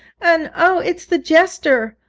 and, oh, it's the jester!